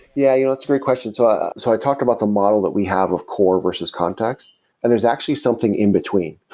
yeah. you know it's great question. so so i talked about the model that we have of core versus context and there's actually something in between.